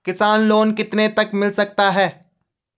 किसान लोंन कितने तक मिल सकता है?